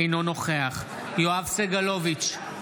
אינו נוכח יואב סגלוביץ'